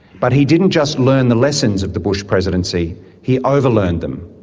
but he didn't just learn the lessons of the bush presidency he over-learned them.